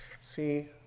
See